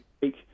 take